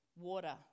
water